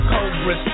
Cobra